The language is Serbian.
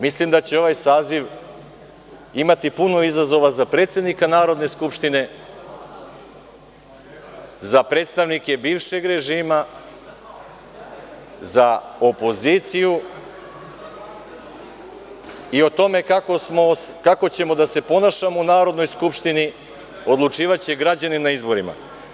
Mislim da će ovaj saziv imati puno izazova za predsednika Narodne skupštine, za predstavnike bivšeg režima, za opoziciju, a o tome kako ćemo da se ponašamo u Narodnoj skupštini odlučivaće građani na izborima.